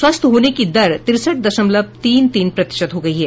स्वस्थ होने की दर तिरेसठ दशमलव तीन तीन प्रतिशत हो गई है